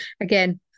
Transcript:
again